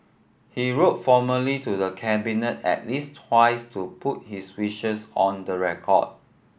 he wrote formally to the Cabinet at least twice to put his wishes on the record